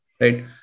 right